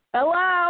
Hello